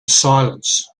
silence